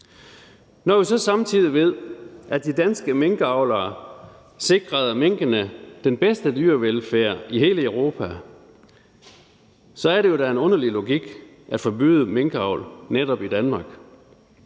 Når vi så samtidig ved, at de danske minkavlere sikrede minkene den bedste dyrevelfærd i hele Europa, er det da en underlig logik at forbyde minkavl netop i Danmark.